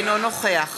אינו נוכח